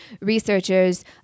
researchers